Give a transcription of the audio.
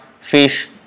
fish